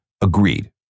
agreed